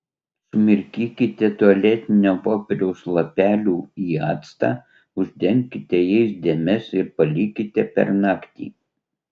sumirkykite tualetinio popieriaus lapelių į actą uždenkite jais dėmes ir palikite per naktį